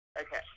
Okay